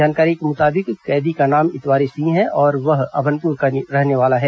जानकारी के मुताबिक कैदी का नाम इतवारी सिंह हैं और वह अभनपुर का रहने वाला है